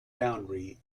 boundary